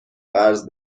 قرض